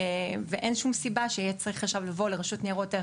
אין שום סיבה שיהיה צריך לבוא לרשות ניירות ערך,